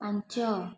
ପାଞ୍ଚ